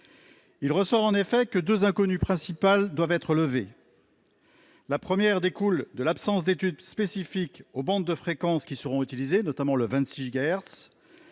Il apparaît, en effet, que deux inconnues principales doivent être levées. La première découle de l'absence d'études spécifiques relatives aux bandes de fréquences qui seront utilisées, notamment la bande